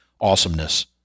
awesomeness